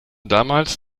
damals